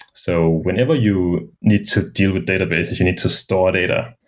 so whenever you need to deal with database, is you need to store data.